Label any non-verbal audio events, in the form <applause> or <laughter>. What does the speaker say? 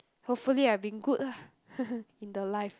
hopefully I've been good lah <noise> in the life